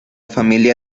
familia